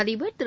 அதிபர் திரு